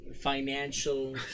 Financial